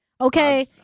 okay